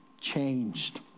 changed